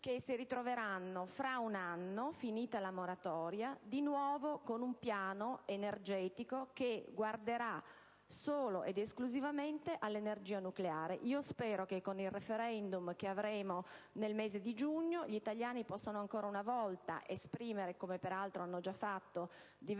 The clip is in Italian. che si ritroveranno fra un anno, finita la moratoria, di nuovo con un piano energetico che guarderà solo ed esclusivamente all'energia nucleare. Spero che con il *referendum* che si terrà nel mese di giugno gli italiani possano, ancora una volta, esprimere, come peraltro hanno già fatto diversi anni